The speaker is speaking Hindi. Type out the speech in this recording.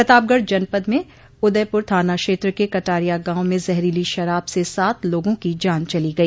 प्रतापगढ़ जनपद में उदयपुर थाना क्षेत्र के कटारिया गांव में जहरीली शराब से सात लोगों की जान चली गई